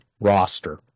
roster